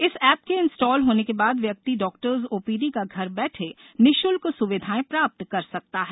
इए एप्प के इंस्टाल होने के बाद व्यक्ति डाक्टर्स ओपीडी का घर बैठे निःशल्क सुविधाएं प्राप्त कर सकता है